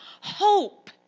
hope